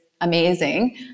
Amazing